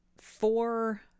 four